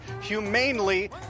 humanely